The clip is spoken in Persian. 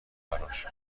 براش